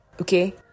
okay